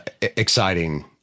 exciting